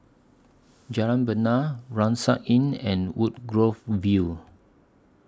Jalan Bena Inn and Woodgrove View